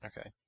Okay